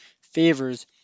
favors